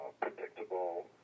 predictable